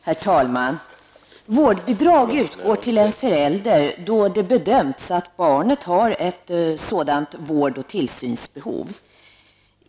Herr talman! Vårdbidrag utgår till en förälder då det bedömts att dennes barn är i behov av särskild tillsyn och vård.